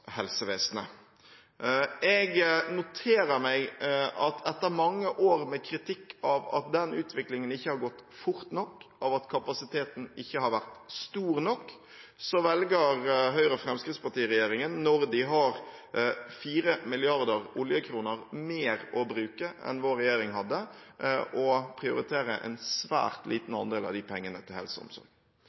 Jeg noterer meg at etter mange år med kritikk av at den utviklingen ikke har gått fort nok, av at kapasiteten ikke har vært stor nok, velger Høyre–Fremskrittsparti-regjeringen når de har fire milliarder oljekroner mer å bruke enn vår regjering hadde, å prioritere en svært liten andel av de pengene til helse og omsorg.